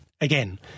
Again